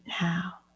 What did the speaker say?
now